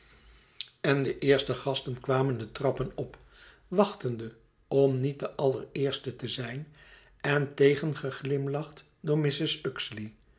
en de eerste gasten kwamen de trappen op wachtende om niet de allereerste te zijn en tegengeglimlacht door